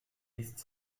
listes